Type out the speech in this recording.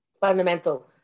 fundamental